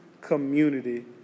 community